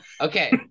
Okay